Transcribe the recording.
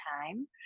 time